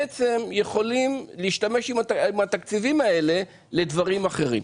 בעצם, יכולים להשתמש בתקציבים האלה לדברים אחרים.